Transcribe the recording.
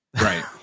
Right